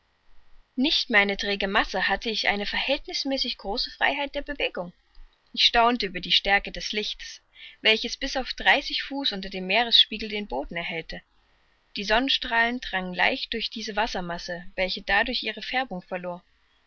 nicht mehr eine träge masse hatte ich eine verhältnißmäßig große freiheit der bewegung ich staunte über die stärke des lichtes welches bis auf dreißig fuß unter dem meeresspiegel den boden erhellte die sonnenstrahlen drangen leicht durch diese wassermasse welche dadurch ihre färbung verlor